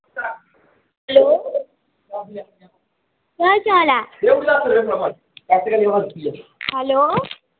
hello केह् हाल चाल ऐ हैल्लो